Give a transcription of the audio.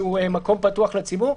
שהוא מקום פתוח לציבור,